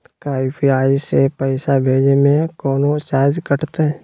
का यू.पी.आई से पैसा भेजे में कौनो चार्ज कटतई?